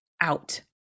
out